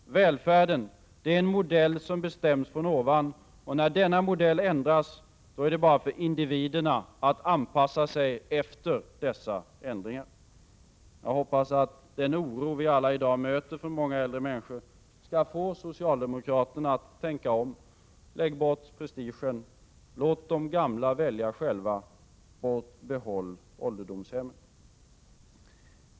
Välfärden är en modell som bestäms från ovan, och när denna modell ändras är det bara för individerna att anpassa sig efter dessa ändringar. Jag hoppas att den oro vi alla i dag möter från många äldre människor skall få socialdemokraterna att tänka om. Lägg bort prestigen. Låt de gamla välja själva och behåll ålderdomshemmen.